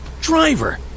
driver